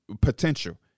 potential